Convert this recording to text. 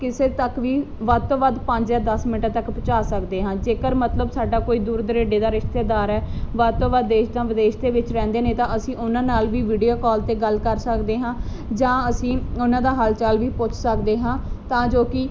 ਕਿਸੇ ਤੱਕ ਵੀ ਵੱਧ ਤੋਂ ਵੱਧ ਪੰਜ ਜਾਂ ਦਸ ਮਿੰਟਾਂ ਤੱਕ ਪਹੁੰਚਾ ਸਕਦੇ ਹਾਂ ਜੇਕਰ ਮਤਲਬ ਸਾਡਾ ਕੋਈ ਦੂਰ ਦੁਰਾਡੇ ਦਾ ਰਿਸ਼ਤੇਦਾਰ ਹੈ ਵੱਧ ਤੋਂ ਵੱਧ ਦੇਸ਼ ਜਾਂ ਵਿਦੇਸ਼ ਦੇ ਵਿੱਚ ਰਹਿੰਦੇ ਨੇ ਤਾਂ ਅਸੀਂ ਉਹਨਾਂ ਨਾਲ ਵੀ ਵੀਡੀਓ ਕਾਲ 'ਤੇ ਗੱਲ ਕਰ ਸਕਦੇ ਹਾਂ ਜਾਂ ਅਸੀਂ ਉਹਨਾਂ ਦਾ ਹਾਲ ਚਾਲ ਵੀ ਪੁੱਛ ਸਕਦੇ ਹਾਂ ਤਾਂ ਜੋ